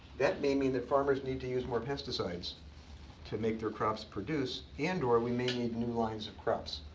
that may mean that farmers need to use more pesticides to make their crops produce, and or we may need new lines of crops.